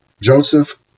Joseph